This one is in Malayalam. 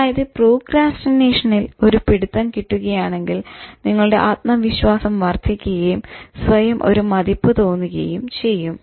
അതായത് പ്രോക്രാസ്റ്റിനേഷനിൽ ഒരു പിടുത്തം കിട്ടുകയാണെങ്കിൽ നിങ്ങളുടെ ആത്മവിശ്വാസം വർധിക്കുകയും സ്വയം ഒരു മതിപ്പ് തോന്നുകയും ചെയ്യും